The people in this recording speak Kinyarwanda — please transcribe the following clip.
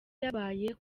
yabaye